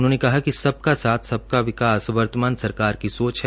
उन्होंने कहा कि सबका साथ सबका विकास वर्तमान सरकार की सोच है